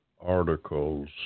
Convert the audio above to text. articles